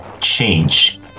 change